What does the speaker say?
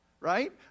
Right